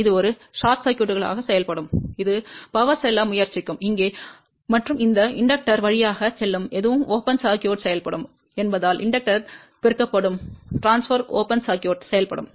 இது ஒரு குறுகிய சுற்றுகளாக செயல்படும் இது சக்தி செல்ல முயற்சிக்கும் இங்கே மற்றும் இந்த தூண்டியின் வழியாக செல்லும் எதுவும் திறந்த சுற்றுகளாக செயல்படும் என்பதால் தூண்டினால் பெருக்கப்படும் முடிவிலி திறந்த சுற்றுகளாக செயல்படும்